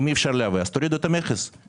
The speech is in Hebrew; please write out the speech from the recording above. אם אי-אפשר לייבא אז תורידו את המכס,